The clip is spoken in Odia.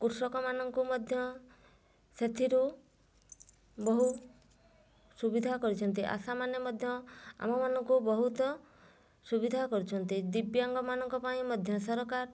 କୃଷକ ମାନଙ୍କୁ ମଧ୍ୟ ସେଥିରୁ ବହୁ ସୁବିଧା କରିଛନ୍ତି ଆଶାମାନେ ମଧ୍ୟ ଆମମାନଙ୍କୁ ବହୁତ ସୁବିଧା କରୁଛନ୍ତି ଦିବ୍ୟାଙ୍ଗ ମାନଙ୍କ ପାଇଁ ମଧ୍ୟ ସରକାର